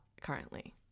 currently